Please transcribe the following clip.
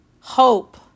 hope